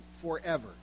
forever